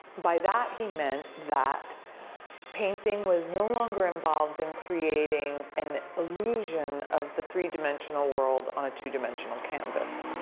by that he meant that painting was no longer involved in creating an illusion of the three dimensional world on a two dimensional canvas.